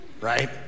right